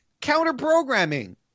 counter-programming